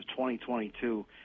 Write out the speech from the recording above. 2022